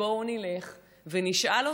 בואו נלך ונשאל אותה.